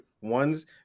one's